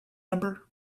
number